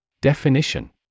Definition